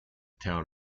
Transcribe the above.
town